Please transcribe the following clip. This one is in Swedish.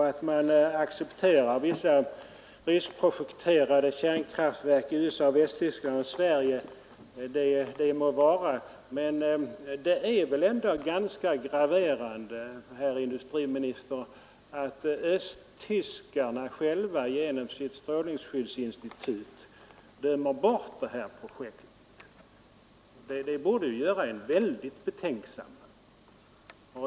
Att man accepterar ryskprojekterade kärnkraftverk i USA, Västtyskland och Sverige må vara, men det är väl ändå ganska graverande, herr industriminister, att östtyskarna själva genom sitt strålningsskyddsinstitut dömer ut det här projektet. Det borde göra en väldigt betänksam.